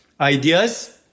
ideas